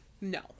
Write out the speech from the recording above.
No